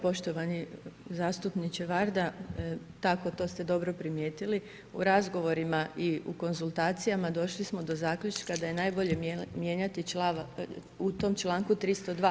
Poštovani zastupniče Varda, tako, to ste dobro primijetili, u razgovorima i u konzultacijama došli smo do zaključka da je najbolje mijenjati u tom čl. 302.